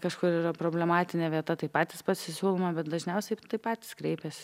kažkur yra problematinė vieta tai patys pasisiūlome bet dažniausiai tai patys kreipiasi